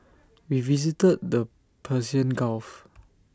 we visited the Persian gulf